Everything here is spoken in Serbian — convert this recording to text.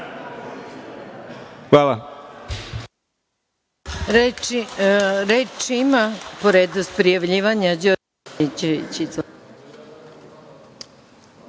Hvala.